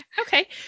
Okay